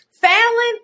Fallon